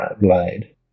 Blade